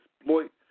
exploit